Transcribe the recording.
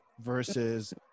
versus